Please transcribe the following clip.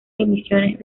emisiones